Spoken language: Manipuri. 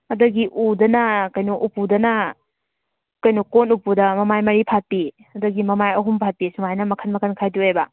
ꯑꯗꯒꯤ ꯎꯗꯅ ꯀꯩꯅꯣ ꯎꯄꯨꯗꯅ ꯀꯩꯅꯣ ꯀꯣꯜ ꯎꯞꯨꯗ ꯃꯃꯥꯏ ꯃꯔꯤ ꯐꯥꯠꯄꯤ ꯑꯗꯒꯤ ꯃꯃꯥꯏ ꯑꯍꯨꯝ ꯐꯥꯠꯄꯤ ꯁꯨꯃꯥꯏꯅ ꯃꯈꯟ ꯃꯈꯟ ꯈꯥꯏꯗꯣꯛꯑꯦꯕ